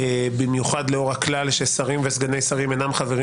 במיוחד לאור הכלל שסגנים וסגני שרים אינם חברים